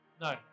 No